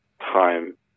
time